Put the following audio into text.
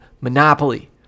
Monopoly